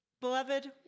Beloved